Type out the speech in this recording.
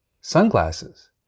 sunglasses